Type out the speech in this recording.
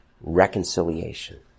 Reconciliation